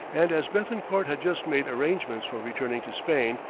and as bethencourt had just made arrangements for returning to spain,